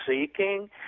seeking